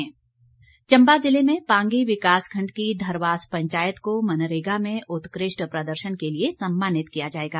award Chamba जिले में पांगी विकास खंड की धरवास पंचायत को मनरेगा में उत्कृष्ट प्रदर्शन के लिए सम्मानित किया जाएगा